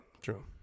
true